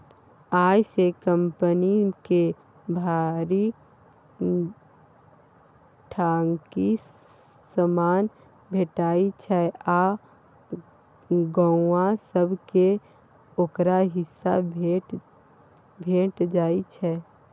अय सँ कंपनियो के भरि ढाकी समान भेटइ छै आ गौंआ सब केँ ओकर हिस्सा भेंट जाइ छै